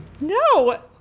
No